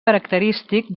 característic